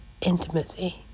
intimacy